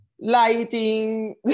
Lighting